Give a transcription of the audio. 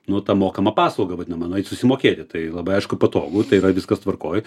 nu tą mokamą paslaugą vadinamą nueit susimokėti tai labai aišku patogu tai yra viskas tvarkoj